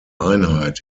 einheit